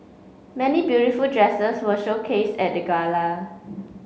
many beautiful dresses were showcased at the gala